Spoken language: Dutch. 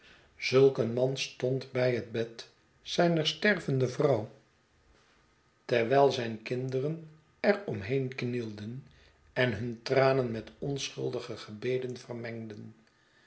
een man stond bij het bed zijner stervende vrouw terwijl zijn kinderen er om heen knielden en hun tranen met onschuldige gebeden vermengden